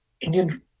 Indian